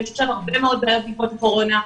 יש עכשיו הרבה מאוד בעיות בעקבות הקורונה.